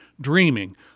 dreaming